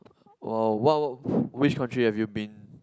!wow! what what which country have you been